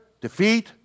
Defeat